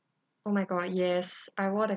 oh my god yes I wore the